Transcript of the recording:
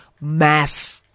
mass